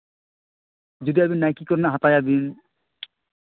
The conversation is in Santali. ᱡᱩᱫᱤ ᱟᱵᱮᱱ ᱱᱟᱭᱠᱤ ᱠᱚᱨᱮᱱᱟᱜ ᱦᱟᱛᱟᱣ ᱟᱹᱵᱤᱱ